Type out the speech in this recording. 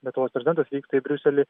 be to prezidentas vyksta į briuselį